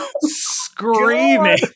screaming